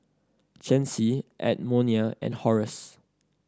Chancey Edmonia and Horace